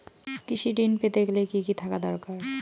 কৃষিঋণ পেতে গেলে কি কি থাকা দরকার?